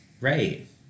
right